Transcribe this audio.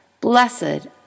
blessed